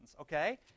okay